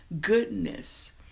Goodness